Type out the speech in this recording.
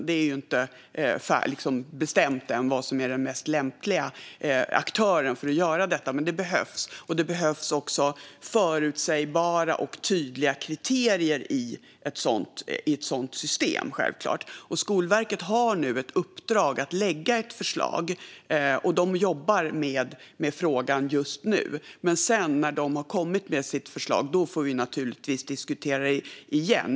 Det är inte bestämt än vilken som är den mest lämpliga aktören för att göra detta, men det behövs. Det behövs självklart också förutsägbara och tydliga kriterier i ett sådant system. Skolverket har nu ett uppdrag att lägga fram ett förslag, och de jobbar med frågan just nu. När de sedan har kommit med sitt förslag får vi naturligtvis diskutera det igen.